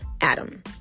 Adam